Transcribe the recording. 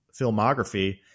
filmography